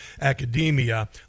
academia